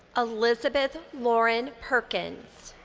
elizabeth lauren perkins.